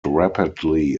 rapidly